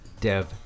dev